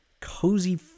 cozy